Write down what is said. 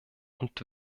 und